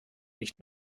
nicht